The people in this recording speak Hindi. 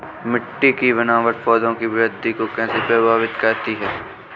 मिट्टी की बनावट पौधों की वृद्धि को कैसे प्रभावित करती है?